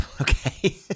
Okay